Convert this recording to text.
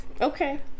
Okay